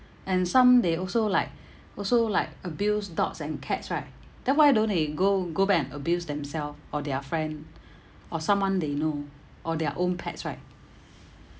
and some they also like also like abuse dogs and cats right then why don't they go go back and abuse themself or their friend or someone they know or their own pets right